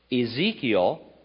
Ezekiel